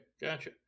gotcha